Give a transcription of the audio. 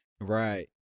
Right